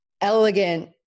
elegant